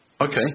Okay